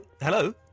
Hello